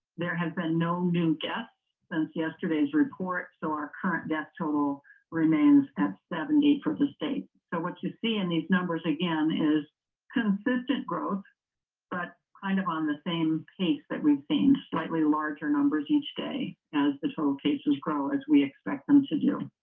there has been no new deaths since yesterday's report so our current death total remains at seventy for the state so what you see in these numbers again is consistent growth but kind of on the same pace. that we've seen slightly larger numbers each day and as the two locations grow as we expect them to do.